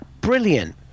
brilliant